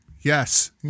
Yes